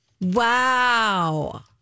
Wow